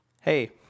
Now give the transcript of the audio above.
hey